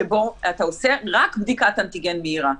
שבו אתה עושה רק בדיקת אנטיגן מהירה.